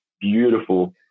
beautiful